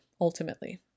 ultimately